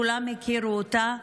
כולם הכירו אותה.